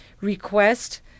request